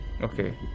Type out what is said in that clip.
okay